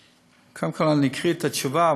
קודם כול אני אקריא את התשובה,